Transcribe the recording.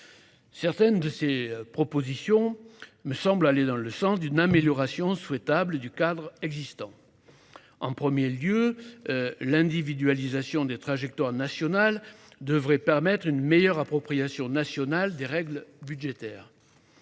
Certaines de ces propositions me semblent aller dans le sens d'une amélioration souhaitable du cadre existant. En premier lieu, l'individualisation des trajectoires des États devrait permettre une meilleure appropriation nationale des règles budgétaires.